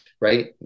right